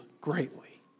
greatly